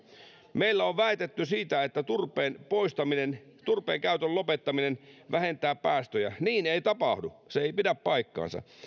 meillä on väitetty että turpeen poistaminen turpeen käytön lopettaminen vähentää päästöjä niin ei tapahdu se ei pidä paikkaansa